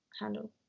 handle